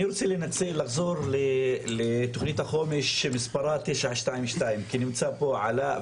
אני רוצה לחזור לתוכנית החומש שמספרה 922 כי נמצאים פה עלא,